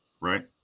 Right